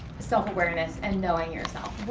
self-awareness and knowing yourself.